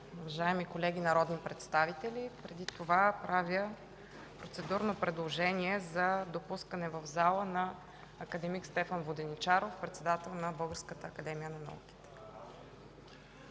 уважаеми колеги народни представители, преди това правя процедурно предложение за допускане в залата на акад. Стефан Воденичаров – председател на Българската академия на науките.